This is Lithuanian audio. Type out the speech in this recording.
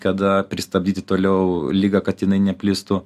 kada pristabdyti toliau ligą kad jinai neplistų